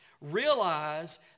Realize